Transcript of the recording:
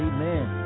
Amen